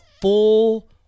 full